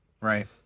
Right